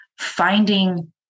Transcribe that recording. finding